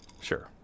sure